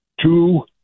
two